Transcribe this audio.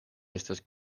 estas